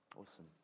Awesome